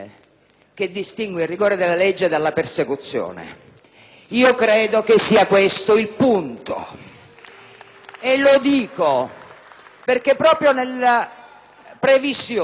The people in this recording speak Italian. E lo dico perché proprio nella previsione che il medico non abbia più il divieto di denunciare